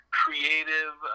creative